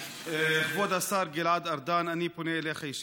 כבוד השר גלעד ארדן, אני פונה אליך ישירות: